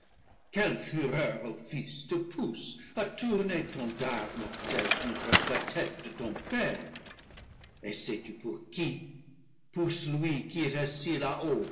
quelle fureur ô fils te pousse à tourner ton dard mortel contre l'a tête de ton père et sais-tu pour qui pour celui qui est assis